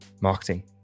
marketing